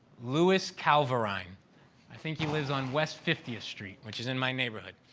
luis calvarine i think he lives on west fiftieth street, which is in my neighborhood.